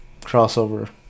crossover